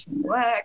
work